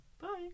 Bye